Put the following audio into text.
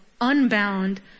unbound